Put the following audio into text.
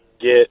get